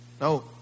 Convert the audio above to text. No